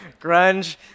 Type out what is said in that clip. grunge